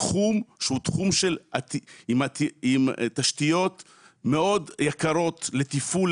תחום שהוא תחום עם תשתיות מאוד יקרות לתפעול,